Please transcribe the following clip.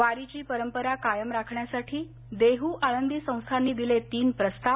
वारीची परंपरा कायम राखण्यासाठी देहू आळंदी संस्थानांनी दिले तीन प्रस्ताव